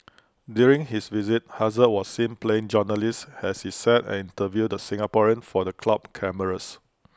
during his visit hazard was seen playing journalist as he sat and interviewed the Singaporean for the club cameras